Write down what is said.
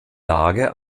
lage